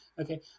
Okay